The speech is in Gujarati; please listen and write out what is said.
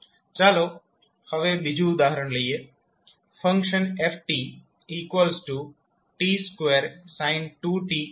ચાલો હવે બીજું ઉદાહરણ લઈએ ફંકશન ft2sin 2t u છે